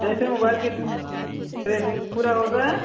جیسے موبائل کی پورا ہوتا ہے